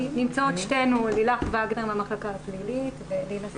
לילך וגנר מהמחלקה הפלילית ולינה סאלם.